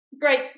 great